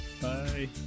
Bye